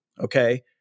Okay